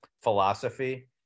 philosophy